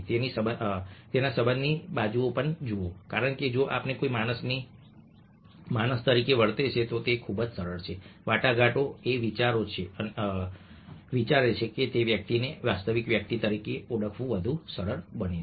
તેની સંબંધની બાજુ જુઓ કારણ કે જો આપણે કોઈ માણસને માણસ તરીકે વર્તે છે તો તે ખૂબ જ સરળ છે વાટાઘાટો એ વિચારે છે કે તે વ્યક્તિને વાસ્તવિક વ્યક્તિ તરીકે ઓળખવું વધુ સરળ છે